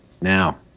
Now